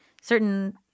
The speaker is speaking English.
certain